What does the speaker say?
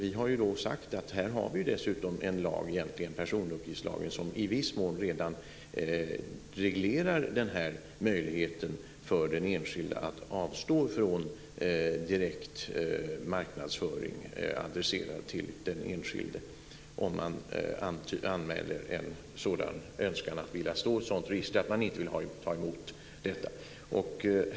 Vi har då sagt att vi dessutom har en lag, personuppgiftslagen, som i viss mån redan reglerar den här möjligheten för den enskilde att avstå från direkt marknadsföring adresserad till den enskilde om man anmäler en sådan önskan om att stå i ett register, vilket innebär att man inte vill ta emot detta.